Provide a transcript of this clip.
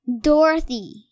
Dorothy